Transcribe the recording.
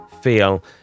feel